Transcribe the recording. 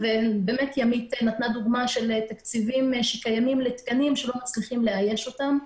ימית נתנה דוגמה של תקציבים שקיימים לתקנים שלא מצליחים לאייש אותם.